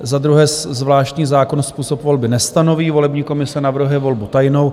Za druhé, zvláštní zákon způsob volby nestanoví, volební komise navrhuje volbu tajnou.